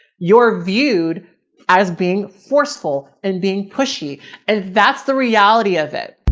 you're viewed as being forceful and being pushy and that's the reality of it.